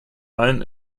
allen